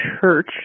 church